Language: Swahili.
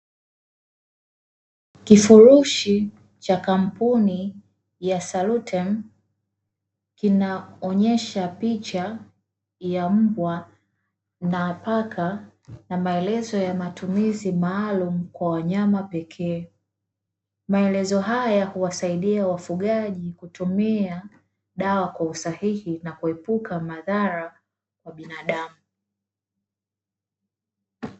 Kifurushi cha kampuni ya Salutem kinaonyesha picha ya mbwa na paka, na maelezo ya matumizi maalumu kwa wanyama pekee. Maelezo haya huwasaidia wafugaji kutumia dawa kwa usahihi, na kuepuka madhara kwa binadamu.